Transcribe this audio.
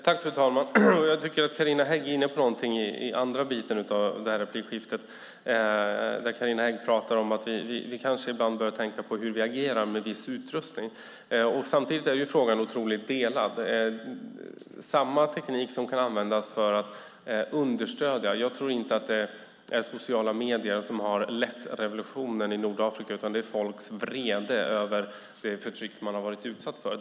Fru talman! Jag tycker att Carina Hägg är inne på någonting när hon i sin andra replik talar om att vi ibland kanske bör tänka på hur vi agerar med viss utrustning. Samtidigt är frågan otroligt delad. Jag tror inte att det är sociala medier som har lett revolutionen i Nordafrika, utan det är folks vrede över det förtryck som man har varit utsatt för.